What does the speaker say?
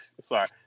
Sorry